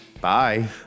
Bye